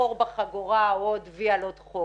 חור בחגורה או לסמן וי על עוד חוק.